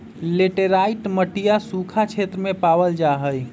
laterite मटिया सूखा क्षेत्र में पावल जाहई